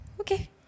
Okay